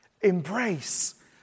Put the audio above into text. Embrace